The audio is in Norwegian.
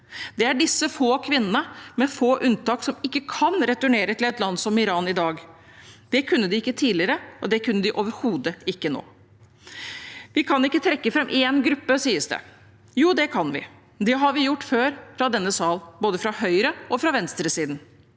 Det er disse få kvinnene, med få unntak, som ikke kan returnere til et land som Iran i dag. Det kunne de ikke tidligere, og det kan de overhodet ikke nå. Vi kan ikke trekke fram én gruppe, sies det. Jo, det kan vi. Det har vi gjort før fra denne sal, både fra høyreog venstresiden.